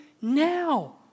now